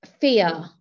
fear